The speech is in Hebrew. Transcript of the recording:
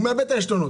הוא מאבד את העשתונות,